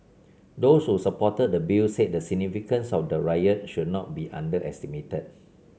those who supported the bill said the significance of the riot should not be underestimated